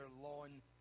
lawn